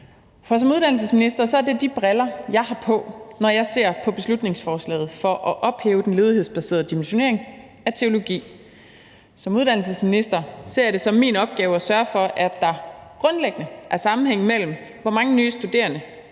For som uddannelsesminister er det de briller, jeg har på, når jeg ser på beslutningsforslaget for at ophæve den ledighedsbaserede dimensionering af teologi. Som uddannelsesminister ser jeg det som min opgave at sørge for, at der grundlæggende er sammenhæng mellem, hvor mange nye studerende